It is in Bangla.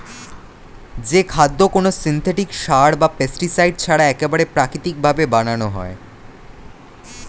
যে খাদ্য কোনো সিনথেটিক সার বা পেস্টিসাইড ছাড়া একবারে প্রাকৃতিক ভাবে বানানো হয়